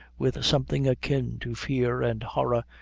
with something akin to fear and horror,